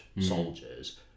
soldiers